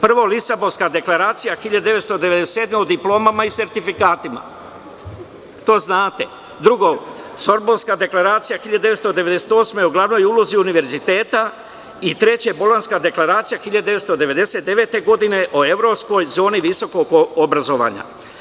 Prvo - Lisabonska deklaracija 1997. godine o diplomama i sertifikatima; drugo - Sorbonska deklaracija 1998. godine o glavnoj ulozi univerziteta i treće - Bolonjska deklaracija 1999. godine o evropskoj zoni visokog obrazovanja.